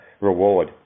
reward